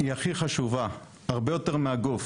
היא הכי חשובה, הרבה יותר מהגוף.